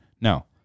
No